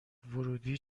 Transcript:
ورودی